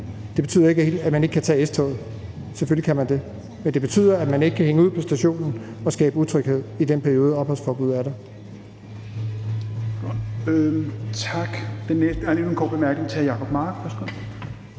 Det betyder ikke, at man ikke kan tage S-toget, selvfølgelig kan man det. Men det betyder, at man ikke kan hænge ud på stationen og skabe utryghed i den periode, opholdsforbuddet er der. Kl. 16:05 Tredje næstformand